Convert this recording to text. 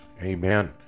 Amen